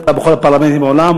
כך בכל הפרלמנטים בעולם,